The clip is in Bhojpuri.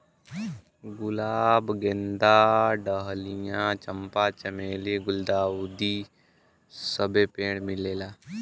गुलाब गेंदा डहलिया चंपा चमेली गुल्दाउदी सबे पेड़ मिलेला